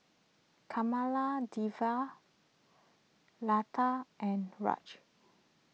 Kamaladevi Lata and Raj